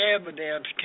evidence